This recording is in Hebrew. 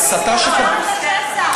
ההסתה, לא, היא לא מוזכרת.